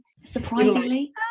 surprisingly